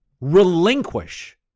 relinquish